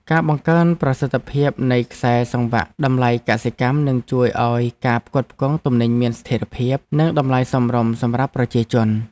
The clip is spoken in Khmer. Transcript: ការបង្កើនប្រសិទ្ធភាពនៃខ្សែសង្វាក់តម្លៃកសិកម្មនឹងជួយឱ្យការផ្គត់ផ្គង់ទំនិញមានស្ថិរភាព និងតម្លៃសមរម្យសម្រាប់ប្រជាជន។